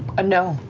no,